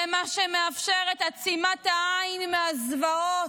זה מה שמאפשר את עצימת העין מהזוועות,